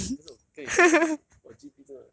可是我跟你说 orh 我 G_P 真的